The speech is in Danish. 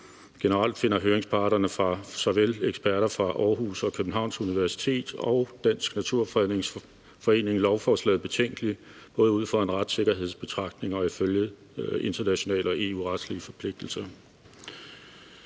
Generelt finder høringsparterne, eksperter fra såvel Aarhus Universitet og Københavns Universitet samt Danmarks Naturfredningsforening, lovforslaget betænkeligt, både ud fra en retssikkerhedsbetragtning og ifølge internationale og EU-retlige forpligtelser.